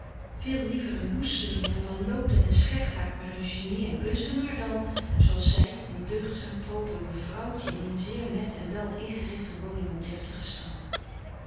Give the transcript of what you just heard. veel liever een woesteling en een malloot en een slechtaard maar een genie en kunstenaar dan zooals zij een deugdzaam proper mevrouwtje in een zeer nette en wel ingerichte woning op deftigen stand